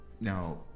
Now